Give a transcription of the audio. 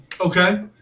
Okay